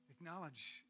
Acknowledge